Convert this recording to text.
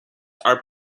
are